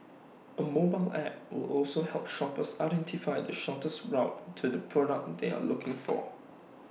A mobile app will also help shoppers identify the shortest route to the product they are looking for